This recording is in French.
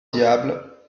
diable